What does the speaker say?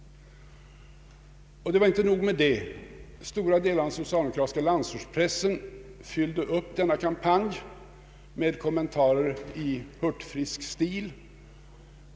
Men det var inte nog med detta. Stora delar av den socialdemokratiska landsortspressen följde upp denna kampanj med kommentarer i hurtfrisk stil.